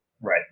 Right